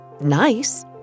nice